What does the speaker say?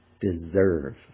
deserve